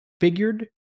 figured